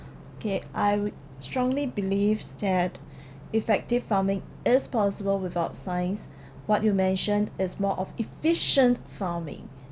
okay I would strongly believe that effective farming is possible without science what you mentioned is more of efficient farming